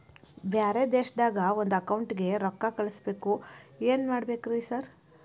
ಬ್ಯಾರೆ ದೇಶದಾಗ ಒಂದ್ ಅಕೌಂಟ್ ಗೆ ರೊಕ್ಕಾ ಕಳ್ಸ್ ಬೇಕು ಏನ್ ಮಾಡ್ಬೇಕ್ರಿ ಸರ್?